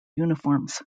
uniforms